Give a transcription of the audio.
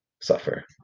suffer